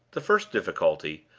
the first difficulty,